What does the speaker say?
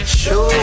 show